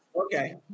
Okay